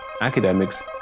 academics